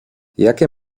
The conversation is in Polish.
jakie